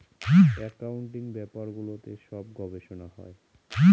accounting ব্যাপারগুলোতে সব গবেষনা হয়